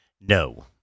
No